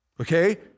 Okay